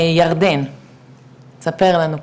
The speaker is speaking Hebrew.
ירדן ספר לנו קצת.